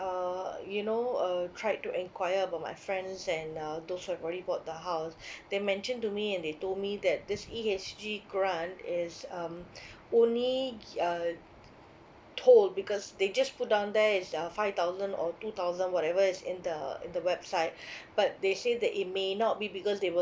uh you know uh tried to enquire about my friends and uh those who have already bought the house they mentioned to me and they told me that this E_H_G grant is um only uh told because they just put down there is uh five thousand or two thousand whatever is in the in the website but they say that it may not be because they will